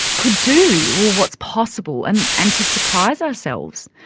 could do or what's possible and, and to surprise ourselves.